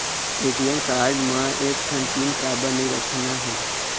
ATM card म एक ठन पिन काबर नई रखना हे?